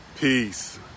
peace